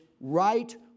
right